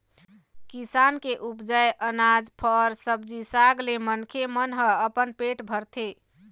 किसान के उपजाए अनाज, फर, सब्जी साग ले मनखे मन ह अपन पेट भरथे